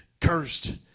cursed